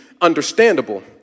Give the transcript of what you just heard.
understandable